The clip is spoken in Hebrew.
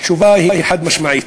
התשובה היא חד-משמעית,